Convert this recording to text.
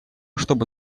чтобы